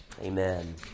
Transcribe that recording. Amen